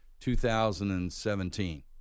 2017